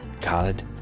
God